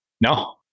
No